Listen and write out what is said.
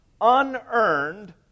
unearned